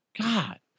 god